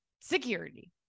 security